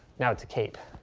now it's a cape.